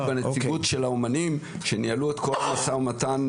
בנציגות של האומנים שניהלו את כל המשא ומתן,